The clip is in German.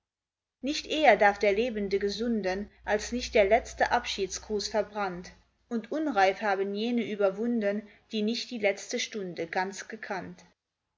nicht eher darf der lebende gesunden als nicht der letzte abschiedsgruß verbrannt und unreif haben jene überwunden die nicht die letzte stunde ganz gekannt